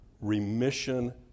remission